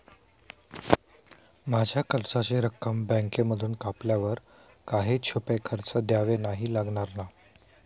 माझ्या कर्जाची रक्कम बँकेमधून कापल्यावर काही छुपे खर्च द्यावे नाही लागणार ना?